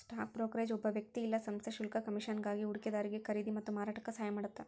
stock brokerage ಒಬ್ಬ ವ್ಯಕ್ತಿ ಇಲ್ಲಾ ಸಂಸ್ಥೆ ಶುಲ್ಕ ಕಮಿಷನ್ಗಾಗಿ ಹೂಡಿಕೆದಾರಿಗಿ ಖರೇದಿ ಮತ್ತ ಮಾರಾಟಕ್ಕ ಸಹಾಯ ಮಾಡತ್ತ